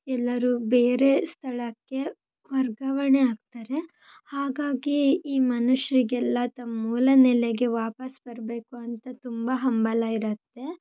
ಎಲ್ಲರೂ ಬೇರೆ ಸ್ಥಳಕ್ಕೆ ವರ್ಗಾವಣೆ ಆಗ್ತಾರೆ ಹಾಗಾಗಿ ಈ ಮನುಷ್ಯರಿಗೆಲ್ಲ ತಮ್ಮ ಮೂಲನೆಲೆಗೆ ವಾಪಸ್ ಬರಬೇಕು ಅಂತ ತುಂಬ ಹಂಬಲ ಇರುತ್ತೆ